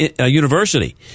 university